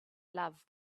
love